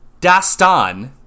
Dastan